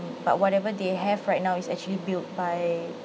but whatever they have right now is actually built by